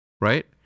right